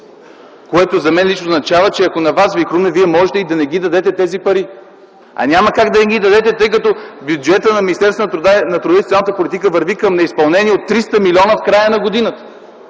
което за мен лично означава, че ако на вас ви хрумне, вие можете и да не дадете тези пари. А няма как да не ги дадете, тъй като бюджетът на Министерството на труда и социалната политика върви към неизпълнение от 300 милиона в края на годината.